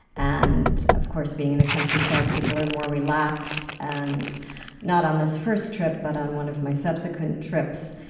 and of course being in the countryside, people are more relaxed and not on this first trip, but on one of my subsequent trips,